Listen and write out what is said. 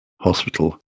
hospital